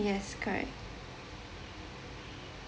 yes correct